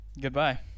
goodbye